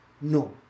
No